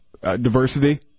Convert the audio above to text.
diversity